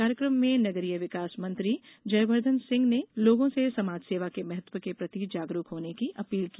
कार्यक्रम में नगरीय विकास मंत्री जयवर्धन सिंह ने लोगों से समाज सेवा के महत्व के प्रति जागरूक होने की अपील की